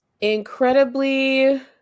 incredibly